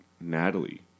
Natalie